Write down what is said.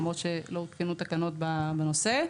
למרות שלא הותקנו התקנות בנושא.